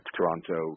Toronto